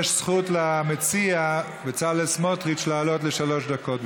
יש זכות למציע בצלאל סמוטריץ לעלות לשלוש דקות.